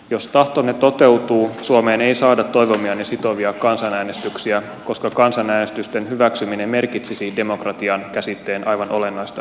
jos tahtonne toteutuu suomeen ei saada toivomianne sitovia kansanäänestyksiä koska kansanäänestysten hyväksyminen merkitsisi demokratian käsitteen aivan olennaista muuttamista